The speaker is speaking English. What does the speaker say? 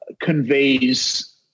conveys